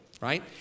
right